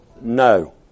No